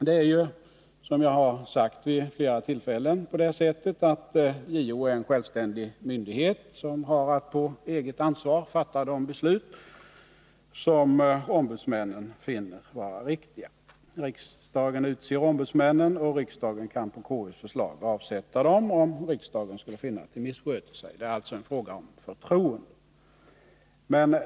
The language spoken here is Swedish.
JO är, som jag har sagt vid flera tillfällen, en självständig myndighet som har att på eget ansvar fatta de beslut som ombudsmännen finner vara riktiga. Riksdagen utser ombudsmännen, och riksdagen kan på konstitutionsutskottets förslag avsätta dem om riksdagen skulle finna att de missköter sig. Det är alltså en fråga om förtroende.